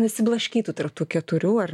nesiblaškytų tarp tų keturių ar